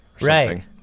Right